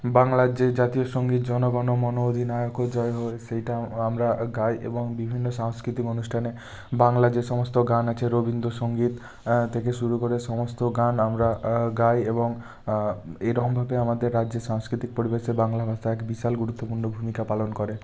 বাংলার যে জাতীয় সঙ্গীত জনগনমন অধিনায়ক জয় হে সেটা আমরা গাই এবং বিভিন্ন সাংস্কৃতিক অনুষ্টানে বাংলা যে সমস্ত গান আছে রবীন্দ্র সঙ্গীত থেকে শুরু করে সমস্ত গান আমরা গাই এবং এই রকমভাবে আমাদের রাজ্যে সাংস্কৃতিক পরিবেশে বাংলা ভাষা এক বিশাল গুরুত্বপূর্ণ ভূমিকা পালন করে